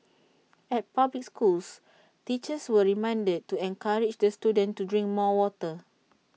at public schools teachers were reminded to encourage the students to drink more water